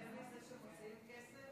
אתה מתעלם מזה שמוציאים כסף?